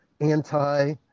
anti